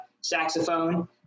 saxophone